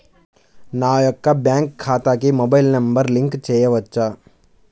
నా యొక్క బ్యాంక్ ఖాతాకి మొబైల్ నంబర్ లింక్ చేయవచ్చా?